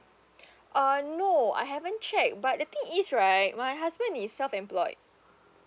uh no I haven't check but the thing is right my husband is self employed